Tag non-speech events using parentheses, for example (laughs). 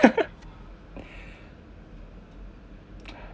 (laughs)